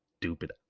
Stupid